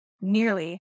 nearly